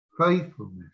faithfulness